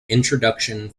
introduction